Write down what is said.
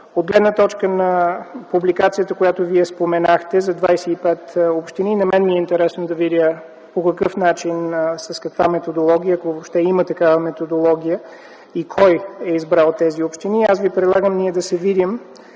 От гледна точка на публикацията, която Вие споменахте за 25 общини, на мен ми е интересно да видя по какъв начин, с каква методология, ако въобще има такава методология, и кой е избрал тези общини. Предлагам Ви да се видим,